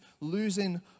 losing